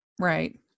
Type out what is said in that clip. right